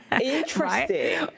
interesting